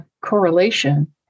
correlation